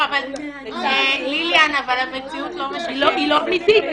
לא, אבל המציאות לא משקפת -- היא לא אמיתית,